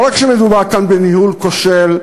לא רק שמדובר כאן בניהול כושל,